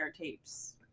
tapes